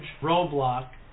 roadblock